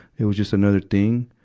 it was just another thing.